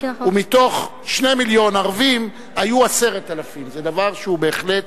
ומתוך 2 מיליון ערבים היו 10,000. זה דבר שבהחלט